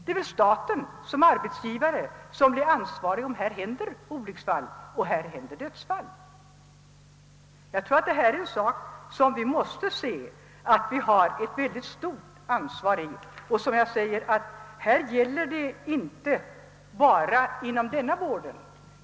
Det är väl staten som arbetsgivare som blir ansvarig om det händer olycksfall, kanske dödsfall. Jag tror att det är en sak beträffande vilken vi måste inse att vi har ett mycket stort ansvar. Som jag sagt gäller detta inte bara inom denna vårdform.